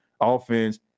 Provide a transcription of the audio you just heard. offense